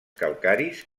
calcaris